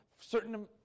certain